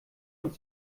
und